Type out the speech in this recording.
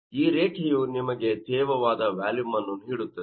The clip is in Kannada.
ಈ ರೇಖೆಯು ನಿಮಗೆ ತೇವವಾದ ವ್ಯಾಲುಮ್ ನ್ನು ನೀಡುತ್ತದೆ